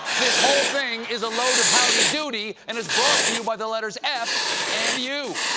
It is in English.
this whole thing is a load of howdy doody, and it's brought to you by the letters f and u.